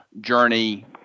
journey